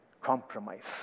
compromise